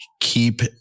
Keep